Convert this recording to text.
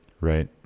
right